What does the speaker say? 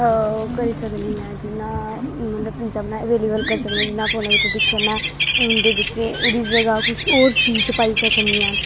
करी सकनी ऐं जियां मतलव पीज़ा अवेलेवल करी सकनी जियां फोनें बिच्च दिक्खियै में उंदे बिच्च किश होर चीज़ पाई सकनी ऐं